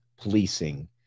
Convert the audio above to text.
policing